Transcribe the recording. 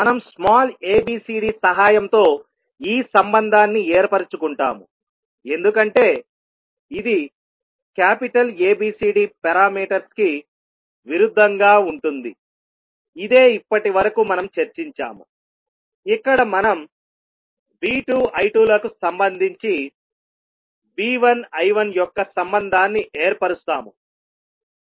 మనం small abcd సహాయంతో ఈ సంబంధాన్ని ఏర్పరుచుకుంటాము ఎందుకంటే ఇది క్యాపిటల్ ABCD పారామీటర్స్ కి విరుద్ధంగా ఉంటుంది ఇదే ఇప్పటివరకు మనం చర్చించాము ఇక్కడ మనం V2 I2 లకు సంబంధించి V1 I1 యొక్క సంబంధాన్ని ఏర్పరుస్తాము